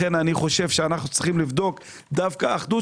לכן אני חושב שאנו צריכים לבדוק דווקא אחדות